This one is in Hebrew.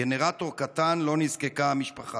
גנרטור קטן שהמשפחה נזקקה לו.